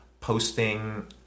posting